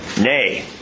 Nay